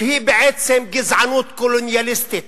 שהיא בעצם גזענות קולוניאליסטית.